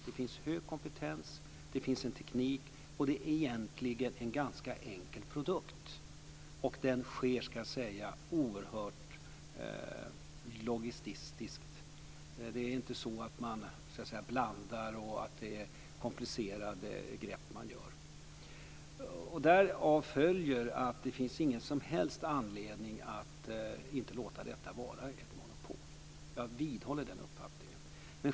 Det finns hög kompetens, det finns en teknik och det finns egentligen en ganska enkel produkt. Verksamheten sker oerhört logistiskt. Man blandar inte och gör komplicerade grepp. Därav följer att det inte finns någon som helst anledning att inte låta detta vara ett monopol. Jag vidhåller den uppfattningen.